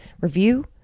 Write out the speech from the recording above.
review